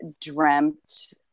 dreamt